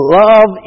love